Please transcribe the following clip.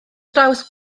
draws